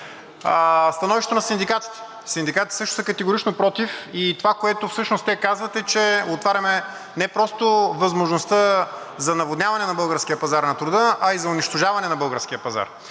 становището на синдикатите. Синдикатите също са категорично против и това, което всъщност те казват, е, че отваряме не просто възможността за наводняване на българския пазар на труда, а и за унищожаване на българския пазар.